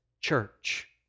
church